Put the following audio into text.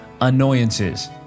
annoyances